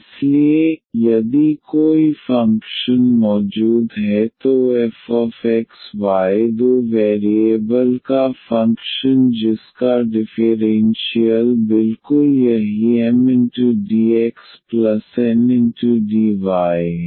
इसलिए यदि कोई फ़ंक्शन मौजूद है तो f x y दो वैरिएबल का फंक्शन जिसका डिफ़ेरेन्शियल बिल्कुल यही MdxNdy है